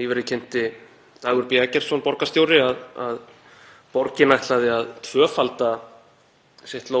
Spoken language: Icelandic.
Nýverið kynnti Dagur B. Eggertsson borgarstjóri að borgin ætlaði að tvöfalda